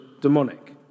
demonic